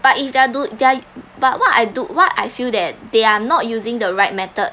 but if they're do they're but what I do what I feel that they're not using the right method